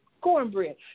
cornbread